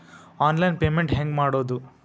Online payment ಹೆಂಗ್ ಮಾಡೋದು?